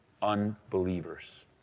unbelievers